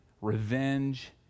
revenge